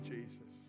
Jesus